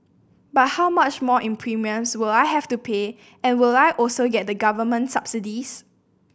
but how much more in premiums will I have to pay and will I also get the government subsidies